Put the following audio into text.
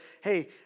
hey